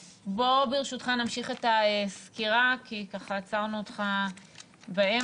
ברשותך נמשיך את הסקירה, כי עצרנו אותך באמצע.